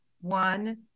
One